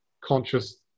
conscious